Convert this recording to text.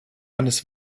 eines